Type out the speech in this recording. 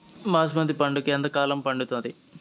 బాస్మతి పంటకు ఎంత కాలం పడుతుంది?